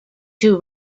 two